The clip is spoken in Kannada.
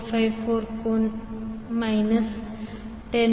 454 ಕೋನ ಮೈನಸ್ 10